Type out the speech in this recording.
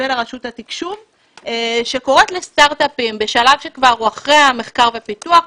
ולרשות התקשוב שקוראת לסטרטאפים בשלב שהוא כבר אחרי המחקר ופיתוח,